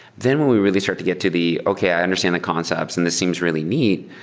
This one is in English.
then we really start to get to the, okay. i understand the concepts, and this seams really neat.